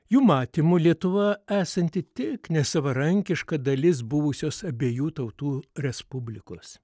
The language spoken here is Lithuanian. jų matymu lietuva esanti tik nesavarankiška dalis buvusios abiejų tautų respublikos